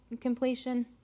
completion